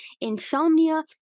insomnia